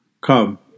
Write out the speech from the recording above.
Come